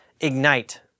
ignite